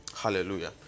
hallelujah